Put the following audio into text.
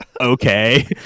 okay